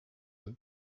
eux